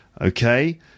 Okay